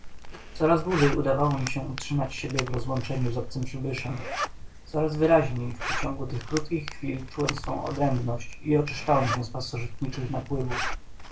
coraz dłużej udawało mi się utrzymywać siebie w rozłączeniu z obcym przybyszem coraz wyraźniej w przeciągu tych krótkich chwil czułem swą odrębność i oczyszczałem się z pasożytniczych napływów